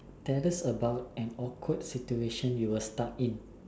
tell us about an awkward situation you were stuck in